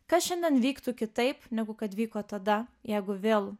kas šiandien vyktų kitaip negu kad vyko tada jeigu vėl